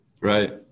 Right